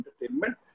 entertainment